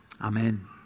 Amen